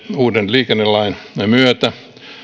uuden liikennelain myötä